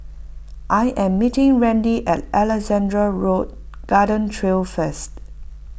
I am meeting Randy at Alexandra Road Garden Trail first